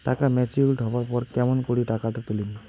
টাকা ম্যাচিওরড হবার পর কেমন করি টাকাটা তুলিম?